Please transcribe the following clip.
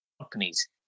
companies